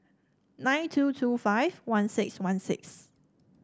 nine two two five one six one six